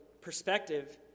perspective